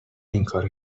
اینکارو